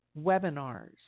webinars